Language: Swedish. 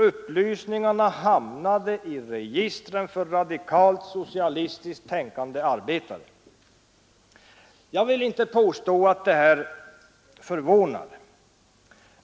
Upplysningarna hamnade i registren för radikalt, socialistiskt tänkande arbetare. Jag vill inte påstå att det här förvånar.